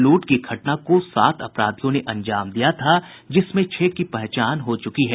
लूट की घटना को सात अपराधियों ने अंजाम दिया था जिसमें छह की पहचान हो चुकी है